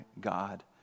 god